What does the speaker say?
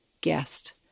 guest